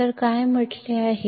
ಆದ್ದರಿಂದ ಏನು ಹೇಳಲಾಗಿದೆ